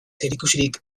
zerikusirik